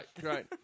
great